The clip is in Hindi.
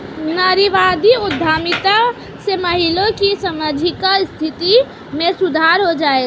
नारीवादी उद्यमिता से महिलाओं की सामाजिक स्थिति में सुधार हो पाएगा?